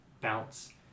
bounce